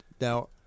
now